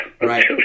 right